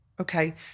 okay